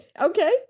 okay